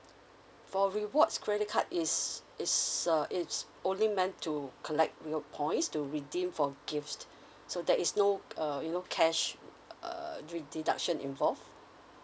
for rewards credit card is is uh it's only meant to collect real points to redeem for gifts so there is no err you know cash err re~ deduction involved